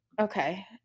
Okay